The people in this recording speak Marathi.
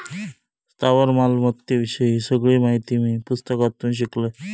स्थावर मालमत्ते विषयी सगळी माहिती मी पुस्तकातून शिकलंय